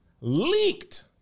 leaked